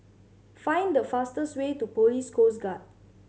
find the fastest way to Police Coast Guard